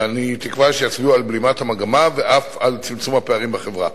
ואני מקווה שהם יצביעו על בלימת המגמה ואף על צמצום הפערים בחברה.